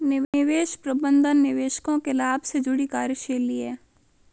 निवेश प्रबंधन निवेशकों के लाभ से जुड़ी कार्यशैली है